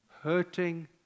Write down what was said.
hurting